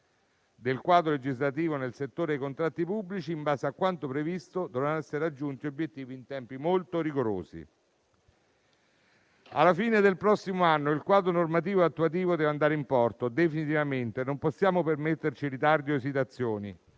del quadro legislativo nel settore dei contratti pubblici e, in base a quanto previsto, devono essere raggiungi obiettivi in tempi molto rigorosi: alla fine del prossimo anno il quadro normativo e attuativo deve andare in porto definitivamente, non possiamo permetterci ritardi o esitazioni